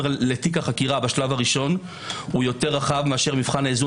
לתיק החקירה בשלב הראשון הוא יותר רחב ממבחן האיזון